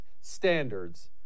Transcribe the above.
standards